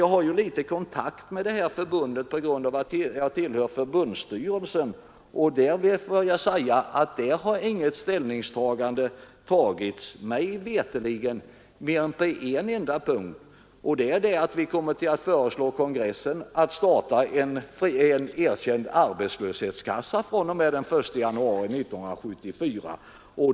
Jag har dock en viss kontakt med förbundet, eftersom jag tillhör dess förbundsstyrelse, och där har mig veterligt inget ställningstagande skett annat än på en enda punkt. Vi kommer nämligen att föreslå förbundets kongress att en egen erkänd arbetslöshetskassa startas fr.o.m. den 1 januari 1974.